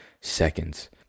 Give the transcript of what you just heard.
seconds